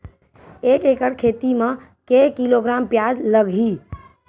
एक एकड़ खेती म के किलोग्राम प्याज लग ही?